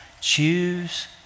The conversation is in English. choose